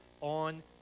on